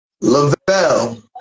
Lavelle